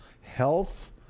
Health